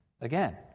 Again